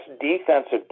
defensive